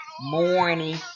morning